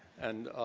and